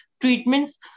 treatments